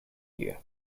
you